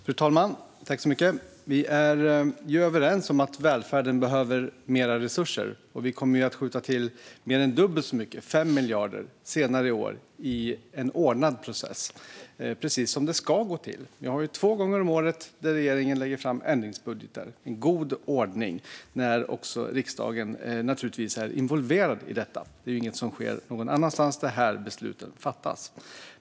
Fru talman! Vi är överens om att välfärden behöver mer resurser. Vi kommer att skjuta till mer än dubbelt så mycket, 5 miljarder, senare i år i en ordnad process. Det är precis så det ska gå till. Två gånger om året lägger regeringen fram förslag om ändringsbudgetar - i god ordning. Riksdagen är naturligtvis också involverad i detta. Det är ju inget som sker någon annanstans. Det är här besluten fattas.